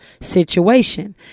situation